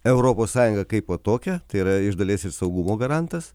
europos sąjungą kaipo tokią tai yra iš dalies ir saugumo garantas